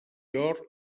llor